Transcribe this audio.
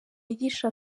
yigisha